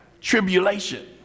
tribulation